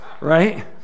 right